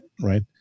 right